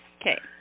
Okay